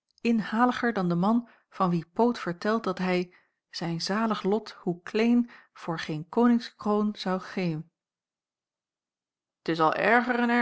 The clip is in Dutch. inhaliger dan de man van wien poot vertelt dat hij zijn zalig lot hoe kleen voor geen koningskroon zou geven t is al erger